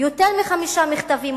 יותר מחמישה מכתבים,